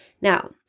Now